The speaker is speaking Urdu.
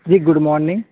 G good morning